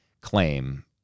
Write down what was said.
claim